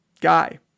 guy